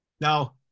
Now